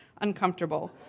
uncomfortable